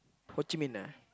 Ho-Chi-Minh ah